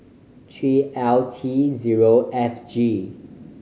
three L T zero F G